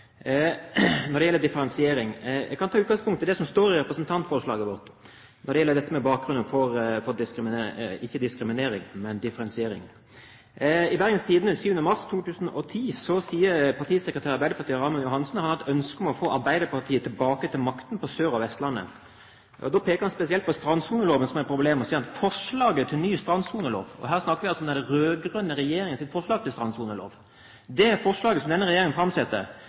står i representantforslaget vårt når det gjelder bakgrunnen for differensiering. I Bergens Tidende 7. mars 2010 sier partisekretæren i Arbeiderpartiet, Raymond Johansen, at han har et ønske om å få Arbeiderpartiet tilbake til makten på Sør- og Vestlandet. Da peker han spesielt på strandsoneloven som et problem, og sier at forslaget til ny strandsonelov som framsettes – og her snakker vi om den rød-grønne regjeringens forslag til strandsonelov – «er lett å forsvare i forhold til Oslofjorden og sørlandskysten, der det er sterkt byggepress. Men det blir absurd at det